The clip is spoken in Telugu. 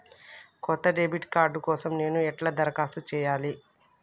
కొత్త డెబిట్ కార్డ్ కోసం నేను ఎట్లా దరఖాస్తు చేయాలి?